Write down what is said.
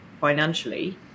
financially